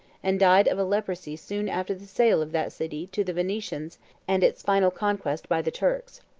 and died of a leprosy soon after the sale of that city to the venetians and its final conquest by the turks.